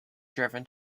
driven